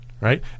right